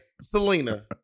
Selena